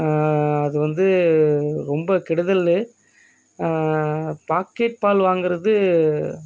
அது வந்து ரொம்ப கெடுதல் பாக்கெட் பால் வாங்கிறது